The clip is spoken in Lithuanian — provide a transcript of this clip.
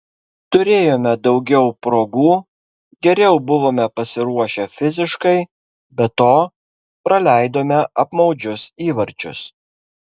turėjome daugiau progų geriau buvome pasiruošę fiziškai be to praleidome apmaudžius įvarčius